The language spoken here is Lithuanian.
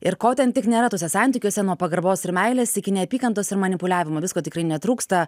ir ko ten tik nėra tuose santykiuose nuo pagarbos ir meilės iki neapykantos ir manipuliavimo visko tikrai netrūksta